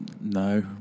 No